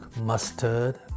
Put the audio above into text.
mustard